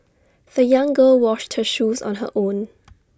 the young girl washed her shoes on her own